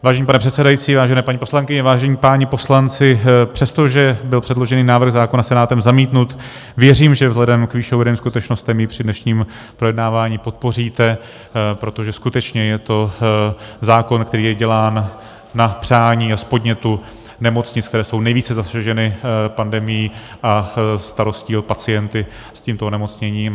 Vážený pane předsedající, vážené paní poslankyně, vážení páni poslanci, přestože byl předložený návrh zákona Senátem zamítnut, věřím, že vzhledem k výše uvedeným skutečnostem jej při dnešním projednávání podpoříte, protože skutečně je to zákon, který je dělán na přání a z podnětu nemocnic, které jsou nejvíce zasaženy pandemií a starostí o pacienty s tímto onemocněním.